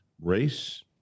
race